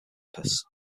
campus